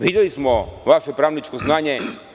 Videli smo vaše pravničko znanje.